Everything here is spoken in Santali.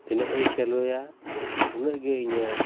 ᱛᱤᱱᱟᱹᱜ ᱤᱧ ᱪᱟᱹᱞᱩᱭᱟ ᱩᱱᱟᱹᱜ ᱜᱮ ᱤᱧᱟᱹᱜ